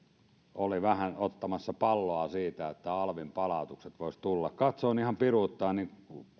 oli vähän ottamassa palloa siitä että alvin palautukset voisivat tulla katsoin ihan piruuttani niin